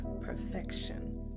perfection